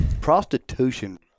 Prostitution